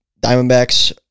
Diamondbacks